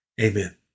Amen